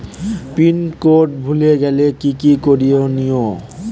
Pin code ভুলে গেলে কি কি করনিয়?